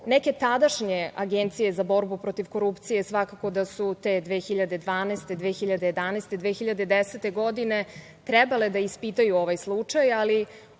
neke tadašnje agencije za borbu protiv korupcije, svakako da su te 2012, 2011, 2010. godine trebale da ispitaju ovaj slučaj, ali